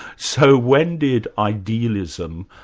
so when did idealism,